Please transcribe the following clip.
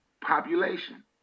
population